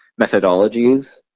methodologies